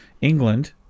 England